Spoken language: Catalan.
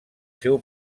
seu